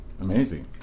Amazing